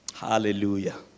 Hallelujah